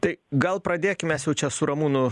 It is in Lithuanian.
tai gal pradėkim mes jau čia su ramūnu